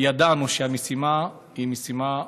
ידענו שהמשימה היא משימה קדושה,